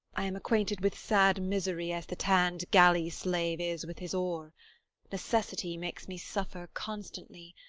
i am acquainted with sad misery as the tann'd galley-slave is with his oar necessity makes me suffer constantly,